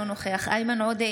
אינו נוכח איימן עודה,